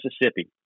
Mississippi